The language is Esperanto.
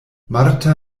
marta